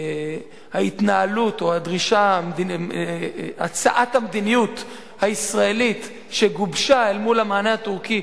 ההתנהלות או הצעת המדיניות הישראלית שגובשה אל מול המענה הטורקי